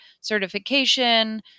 certification